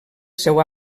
seu